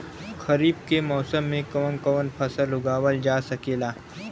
खरीफ के मौसम मे कवन कवन फसल उगावल जा सकेला?